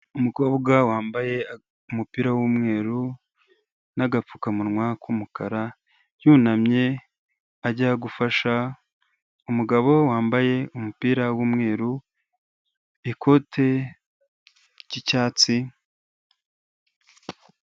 Umukobwa wambaye umupira w'umweru n'agapfukamunwa k'umukara, yunamye ajya gufasha umugabo wambaye umupira w'umweru, ikote ry'icyatsi.